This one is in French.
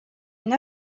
une